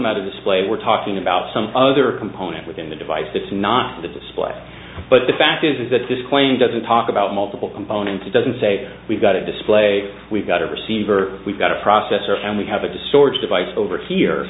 about a display we're talking about some other component within the device it's not the display but the fact is that this coin doesn't talk about multiple components it doesn't say we've got a display we've got a receiver we've got a processor and we have a disorder device over here